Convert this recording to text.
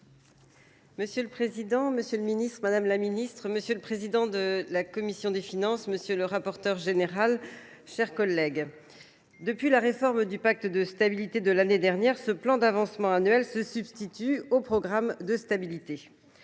Monsieur le Président, Monsieur le Ministre, Madame la Ministre, Monsieur le Président de la Commission des Finances, Monsieur le Rapporteur Général, chers collègues. Depuis la réforme du pacte de stabilité de l'année dernière, ce plan d'avancement annuel se substitue au programme de stabilité.